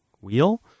wheel